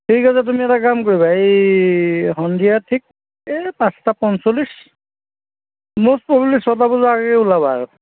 ঠিক আছে তুমি এটা কাম কৰিবা এই সন্ধিয়া ঠিক এই পাঁচটা পঞ্চল্লিচ ম'ষ্ট প্ৰবেবলি ছয়টা বজাৰ আগে আগে ওলাবা আৰু